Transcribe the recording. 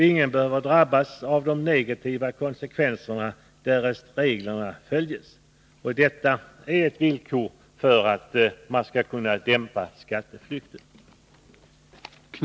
Ingen behöver drabbas av de negativa konsekvenserna därest reglerna följs. Detta är ett villkor för att vi skall kunna dämpa skatteflykten.